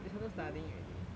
they started studying already